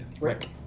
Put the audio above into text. Rick